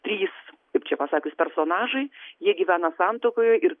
trys kaip čia pasakius personažai jie gyvena santuokoje ir